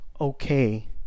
okay